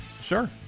Sure